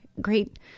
great